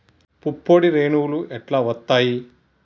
పుప్పొడి రేణువులు ఎట్లా వత్తయ్?